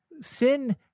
Sin